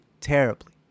terribly